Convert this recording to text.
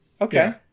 Okay